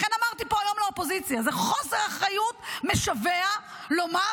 לכן אמרתי פה היום לאופוזיציה: זה חוסר אחריות משווע לומר